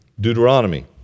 Deuteronomy